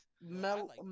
Mel-